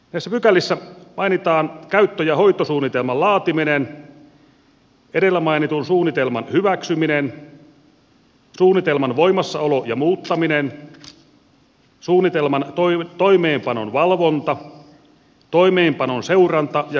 näissä pykälissä mainitaan käyttö ja hoitosuunnitelman laatiminen edellä mainitun suunnitelman hyväksyminen suunnitelman voimassaolo ja muuttaminen suunnitelman toimeenpanon valvonta toimeenpanon seuranta ja kalastuksen järjestäminen